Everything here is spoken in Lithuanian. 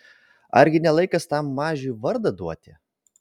argi ne laikas tam mažiui vardą duoti